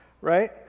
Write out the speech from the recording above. right